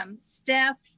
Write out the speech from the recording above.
Steph